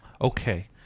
Okay